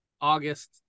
August